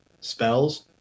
spells